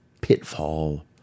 Pitfall